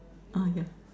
ah ya